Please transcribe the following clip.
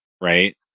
right